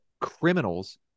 criminals